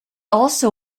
also